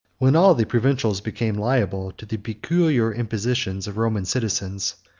when all the provincials became liable to the peculiar impositions of roman citizens,